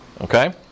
Okay